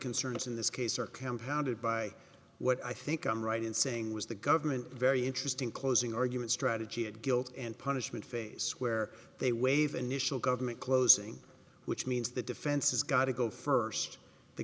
concerns in this case are campout it by what i think i'm right in saying was the government very interesting closing argument strategy of guilt and punishment phase where they waive initial government closing which means the defense has got to go first the